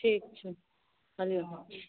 ठीक छै हॅं लिअ